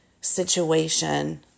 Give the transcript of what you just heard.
situation